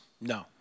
No